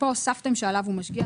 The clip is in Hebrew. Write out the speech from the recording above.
הוספתם את המילים: שעליו הוא משגיח.